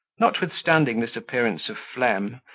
notwithstanding this appearance of phlegm,